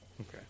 Okay